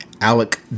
Alec